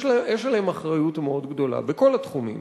יש עליהם אחריות מאוד גדולה בכל התחומים,